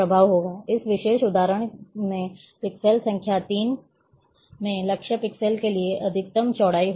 इस विशेष उदाहरण में पिक्सेल संख्या तीन में लक्ष्य पिक्सेल के लिए अधिकतम चौड़ाई होगी